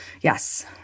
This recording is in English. yes